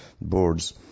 boards